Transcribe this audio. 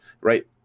right